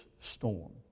storm